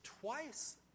Twice